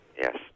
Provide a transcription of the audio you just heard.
Yes